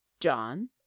John